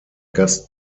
gast